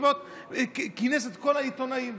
כינס את כל העיתונאים,